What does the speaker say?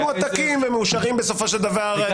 הם מועתקים ומאושרים בסופו של דבר --- גם